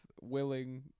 willing